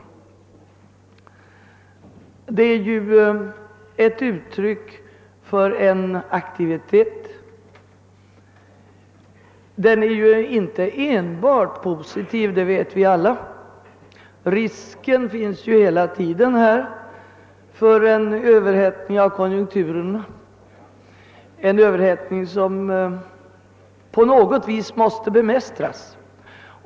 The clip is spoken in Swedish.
Detta är uttryck för en aktivitet. Situationen är inte enbart positiv — det vet vi alla. Hela tiden finns risken för en överhettning av konjunkturen, en överhettning som på något vis måste bemästras.